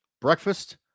Breakfast